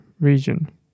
region